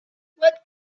what